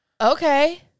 Okay